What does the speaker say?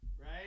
right